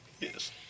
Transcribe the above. Yes